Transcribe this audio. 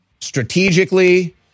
strategically